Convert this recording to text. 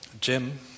Jim